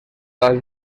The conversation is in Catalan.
als